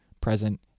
present